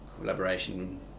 collaboration